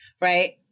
right